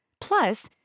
Plus